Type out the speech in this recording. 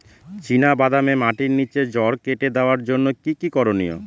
চিনা বাদামে মাটির নিচে জড় কেটে দেওয়ার জন্য কি কী করনীয়?